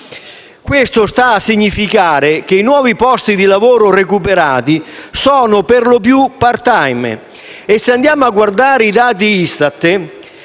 Ciò sta a significare che i nuovi posti di lavoro recuperati sono, perlopiù*, part-time* e, se andiamo a guardare i dati ISTAT,